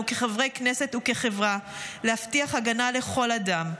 כחברי כנסת וכחברה להבטיח הגנה לכל אדם.